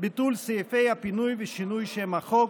ביטול סעיפי הפינוי ושינוי שם החוק),